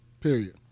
period